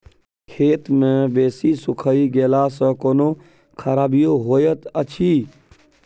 खेत मे बेसी सुइख गेला सॅ कोनो खराबीयो होयत अछि?